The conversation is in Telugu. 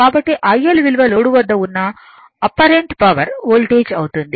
కాబట్టి IL విలువ లోడ్ వద్ద ఉన్న అపరెంట్ పవర్ వోల్టేజ్ అవుతుంది